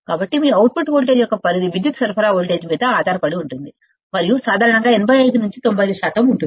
కాబట్టి మీ output voltage యొక్క రేంజ్ విద్యుత్ సరఫరా వోల్టేజ్ మీద ఆధారపడి ఉంటుంది మరియు సాధారణంగా 85 నుండి 95 శాతం ఉంటుంది